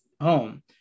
home